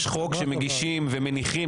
יש חוק שמגישים ומניחים,